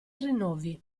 rinnovi